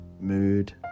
Mood